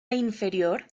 inferior